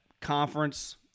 conference